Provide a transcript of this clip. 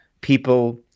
people